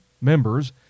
members